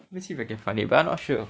let me see if I can find it but I'm not sure